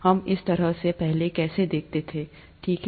हम इस तरह से पहले कैसे दिखते थे ठीक है